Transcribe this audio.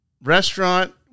Restaurant